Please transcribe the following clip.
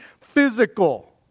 physical